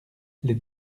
les